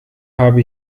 habe